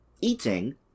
Eating